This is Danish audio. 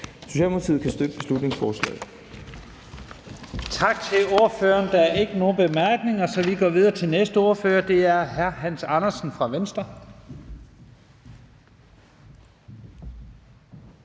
Socialdemokratiet kan støtte beslutningsforslaget.